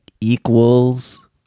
equals